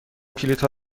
کلیدها